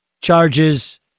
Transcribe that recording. charges